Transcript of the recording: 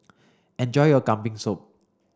enjoy your Kambing soup